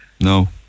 no